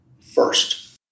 first